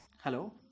hello